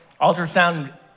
ultrasound